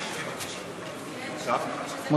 מותר לי?